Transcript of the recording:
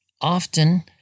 often